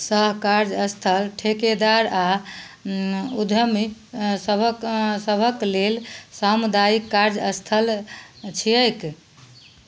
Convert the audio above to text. सहकार्य स्थल ठेकेदार आ उद्यमी सभक लेल सामुदायिक कार्य स्थल छियैक